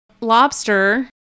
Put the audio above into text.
Lobster